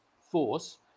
force